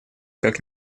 как